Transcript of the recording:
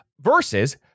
versus